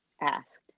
asked